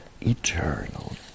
eternal